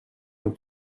and